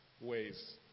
ways